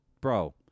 bro